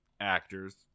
actors